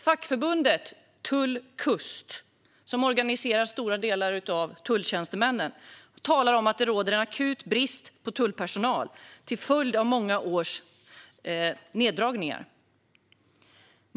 Fackförbundet Tull-Kust, som organiserar stora delar av tulltjänstemännen, talar om att det råder en akut brist på tullpersonal till följd av många års neddragningar. Fru talman!